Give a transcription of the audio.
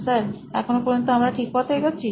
sir এখনো পর্যন্ত কি আমরা ঠিক পথে এগোচ্ছি